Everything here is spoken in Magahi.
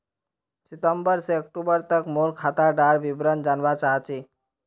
सितंबर से अक्टूबर तक मोर खाता डार विवरण जानवा चाहची?